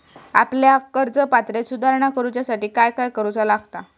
आपल्या कर्ज पात्रतेत सुधारणा करुच्यासाठी काय काय करूचा लागता?